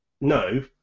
No